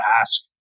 ask